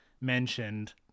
mentioned